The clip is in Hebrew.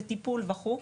לטיפול וכולי.